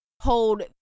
hold